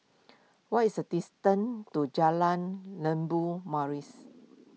what is a distance to Jalan Maris